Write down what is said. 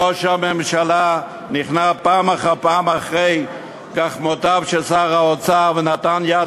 ראש הממשלה נכנע פעם אחר פעם לגחמותיו של שר האוצר ונתן יד